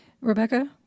Rebecca